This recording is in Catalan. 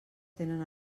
tenen